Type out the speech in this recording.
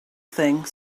thing